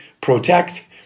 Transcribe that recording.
protect